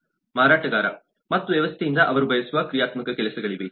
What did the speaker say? ಮಾರಾಟಗಾರ ಮತ್ತು ವ್ಯವಸ್ಥೆಯಿಂದ ಅವರು ಬಯಸುವ ಕ್ರಿಯಾತ್ಮಕ ಕೆಲಸಗಳಿವೆ